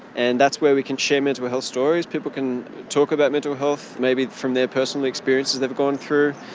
and that's where we can share mental health stories. people can talk about mental health, maybe from their personal experiences they've gone through.